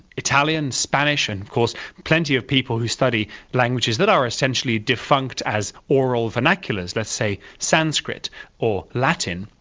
italian, spanish and of course plenty of people who study languages that are essentially defunct as oral vernaculars, let's say sanskrit or latin,